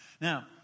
Now